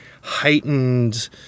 heightened